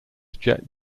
jet